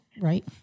right